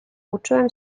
uczyłem